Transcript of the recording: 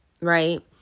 Right